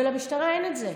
ולמשטרה אין את זה.